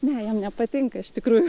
ne jam nepatinka iš tikrųjų